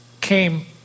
came